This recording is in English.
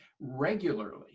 regularly